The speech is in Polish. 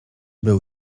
był